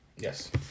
Yes